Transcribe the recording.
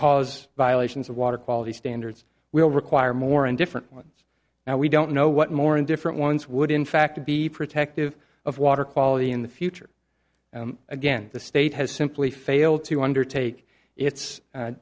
cause violations of water quality standards will require more and different ones now we don't know what more and different ones would in fact be protective of water quality in the future again the state has simply failed to undertake its